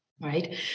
right